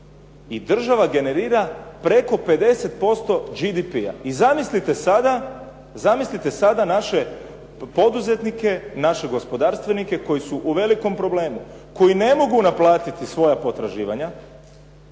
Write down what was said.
država generira preko 50% GDP-a. I zamislite naše poduzetnike, naše gospodarstvenike koji su u velikom problemu, koji ne mogu naplatiti svoja potraživanja